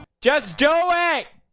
just don't weigh